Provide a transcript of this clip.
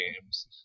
games